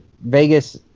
Vegas